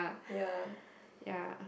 yeah